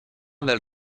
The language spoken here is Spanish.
del